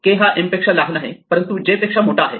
K हा M पेक्षा लहान आहे परंतु J पेक्षा मोठा आहे